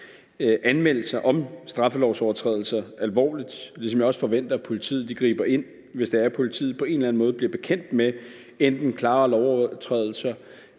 anmeldelser om straffelovsovertrædelser alvorligt, ligesom jeg også forventer, at politiet griber ind, hvis politiet på en eller anden måde bliver bekendt med enten klare lovovertrædelser,